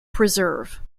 preserve